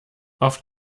auf